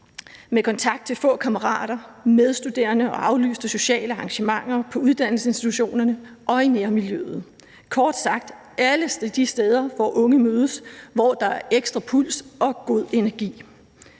med kontakt til få kammerater og medstuderende og aflyste sociale arrangementer på uddannelsesinstitutionerne og i nærmiljøet. Kort sagt var det alle de steder, hvor unge mødes, og hvor der er ekstra puls og god energi.